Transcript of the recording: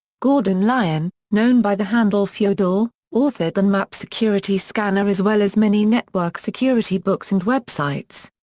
gordon lyon, known by the handle fyodor, authored the nmap security scanner as well as many network security books and web sites.